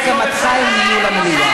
את מתנהגת לא בסדר.